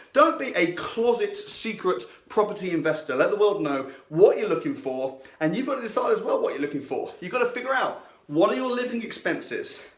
don't be a closet, secret property investor. let the world know what you're looking for. and you've got to decide as well what you're looking for. you've got to figure out what are your living expenses.